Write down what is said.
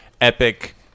epic